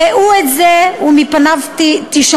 ראו את זה ומפניו תישמרו,